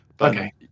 Okay